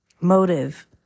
motive